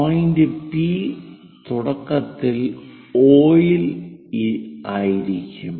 point P 'P' തുടക്കത്തിൽ O ഇൽ ആയിരിക്കും